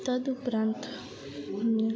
તદુપરાંત હું